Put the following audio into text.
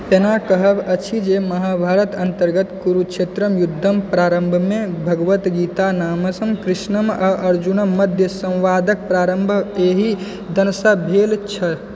एना कहब अछि जे महाभारत अन्तर्गत कुरुक्षेत्रके युद्धके प्रारम्भमे भगवद्गीता नामसँ कृष्ण आओर अर्जुनके मध्य सम्वादक प्रारम्भ एहि दिनसँ भेल छल